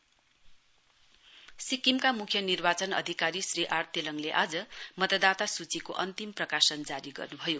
इलेकद्रोरोल roll सिक्किमका मुख्य निर्वाचन अधिकारी श्री आर तेलङले आज मतदाता सूचीको अन्तिम प्रकाशन जारी गर्नुभयो